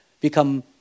become